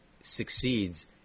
succeeds